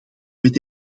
met